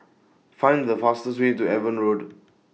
Find The fastest Way to Avon Road